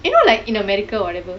you know like in america or whatever